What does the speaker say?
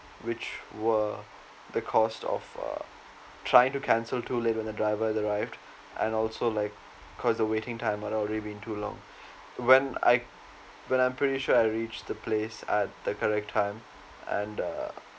which were the cost of uh trying to cancel too late when the driver arrived and also like cause the waiting time are already too long when I when I'm pretty sure I reached the place at the correct time and uh